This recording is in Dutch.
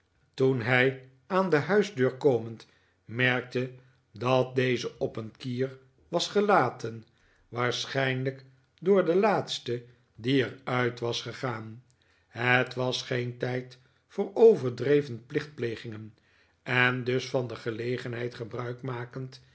toen hij aan de huisdeur komend merkte dat deze op een kier was gelaten waarschijnlijk door den laatste die er uit was gegaan het was geen tijd voor overdreven plichtplegingen en dus van de gelegenheid gebruik makend